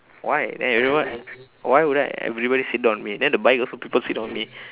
why and you know what why would I everybody sit down on me then the bike also people sit down on me